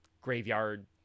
graveyard